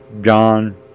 John